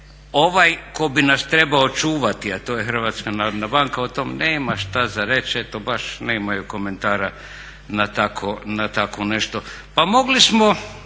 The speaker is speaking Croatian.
Ovaj tko bi nas trebao čuvati, a to je HNB o tom nema šta za reći, eto baš nemaju komentara na tako nešto. Pa mogli smo